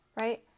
right